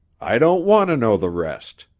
i don't want to know the rest,